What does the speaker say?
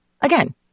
again